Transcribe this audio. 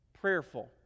Prayerful